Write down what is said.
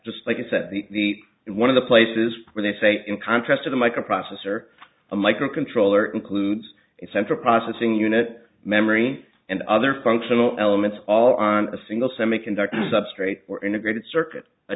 just like i said the one of the places where they say in contrast to the microprocessor a microcontroller includes a central processing unit memory and other functional elements all on a single semiconductor substrate or integrated circuit a